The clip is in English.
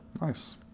Nice